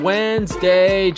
Wednesday